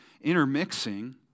intermixing